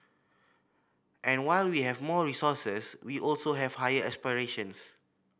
and while we have more resources we also have higher aspirations